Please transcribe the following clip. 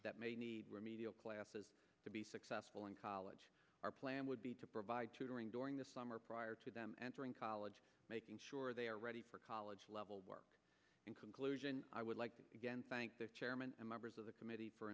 at may need remedial classes to be successful in college our plan would be to provide tutoring during the summer prior to them entering college making sure they are ready for college level work in conclusion i would like to again thank the chairman and members of the committee for